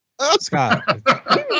Scott